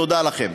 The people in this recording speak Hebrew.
תודה לכם.